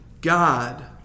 God